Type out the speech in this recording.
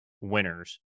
winners